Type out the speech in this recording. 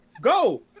go